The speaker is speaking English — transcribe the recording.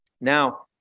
Now